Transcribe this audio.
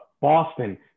Boston